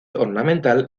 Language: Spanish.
ornamental